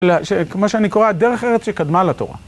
כמו שאני קורא, דרך ארץ שקדמה לתורה.